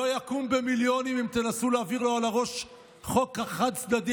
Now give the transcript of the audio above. לא יקום במיליונים אם תנסו להעביר לו על הראש חוק חד-צדדי?